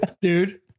Dude